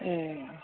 ए